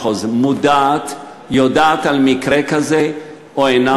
מודעת ויודעת על מקרה כזה או אינה מודעת?